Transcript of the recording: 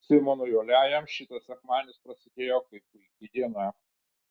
simonui uoliajam šitas sekmadienis prasidėjo kaip puiki diena